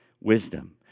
Wisdom